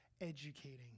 educating